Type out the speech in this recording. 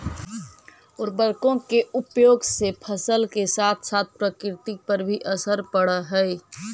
उर्वरकों के उपयोग से फसल के साथ साथ प्रकृति पर भी असर पड़अ हई